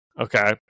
Okay